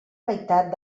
meitat